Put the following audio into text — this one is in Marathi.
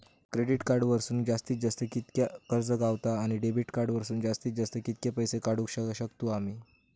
क्रेडिट कार्ड वरसून जास्तीत जास्त कितक्या कर्ज गावता, आणि डेबिट कार्ड वरसून जास्तीत जास्त कितके पैसे काढुक शकतू आम्ही?